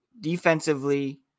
defensively